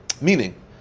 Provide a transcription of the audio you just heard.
Meaning